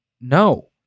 No